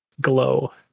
glow